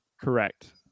Correct